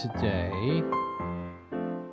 today